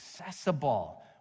accessible